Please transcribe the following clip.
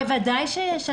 בוודאי שיש.